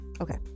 okay